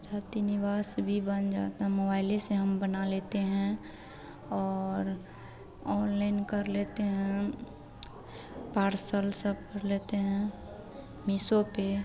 जाति निवास भी बन जाता मोबाइले से हम बना लेते हैं और ऑनलाइन कर लेते हैं हम पार्सल सब कर लेते हैं मीसो पर